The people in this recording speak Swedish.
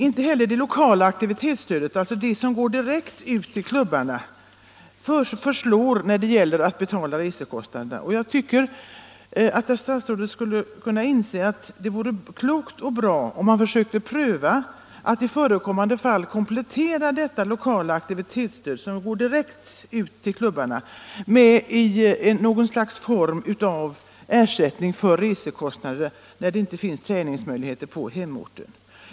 Inte heller det lokala aktivitetsstödet, alltså det som går direkt till klubbarna, förslår till att betala resekostnaderna. Jag tycker därför att statsrådet skulle kunna inse att det vore klokt och bra att komplettera det lokala aktivitetsstödet med någon form av ersättning för resekostnader när det inte finns träningsmöjligheter på hemorten.